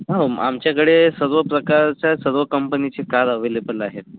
हो आमच्याकडे सर्व प्रकारच्या सर्व कंपनीची कार अव्हेलेबल आहेत